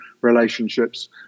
relationships